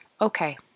okay